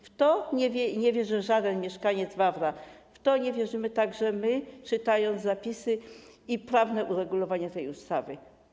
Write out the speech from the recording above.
W to nie wierzy żaden mieszkaniec Wawra, w to nie wierzymy także my, czytając zapisy i prawne uregulowanie tej ustawy.